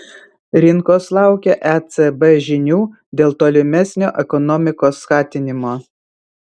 rinkos laukia ecb žinių dėl tolimesnio ekonomikos skatinimo